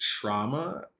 trauma